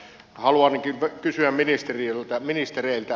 haluankin kysyä ministereiltä